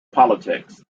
politics